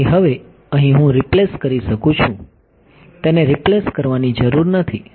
તેથી હવે અહીં હું રિપ્લેસ કરી શકું છું તેને રિપ્લેસ કરવાની જરૂર નથી